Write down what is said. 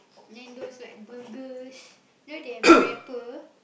then those like burgers now they have wrapper